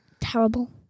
Terrible